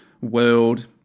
world